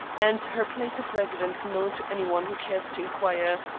and her place of residence known to any one who cares to inquire.